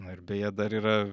na ir beje dar yra